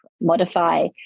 modify